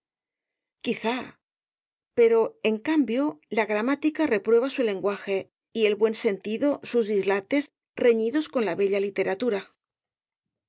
quizá pero en cambio la gramática reprueba su lenguaje y el buen sentido sus dislates reñidos con la bella literatura